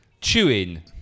chewing